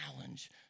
challenge